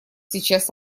сейчас